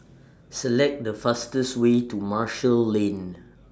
Select The fastest Way to Marshall Lane